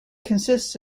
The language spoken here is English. consists